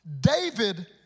David